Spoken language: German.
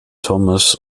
thomas